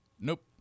Nope